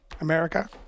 America